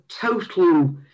total